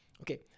Okay